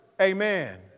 Amen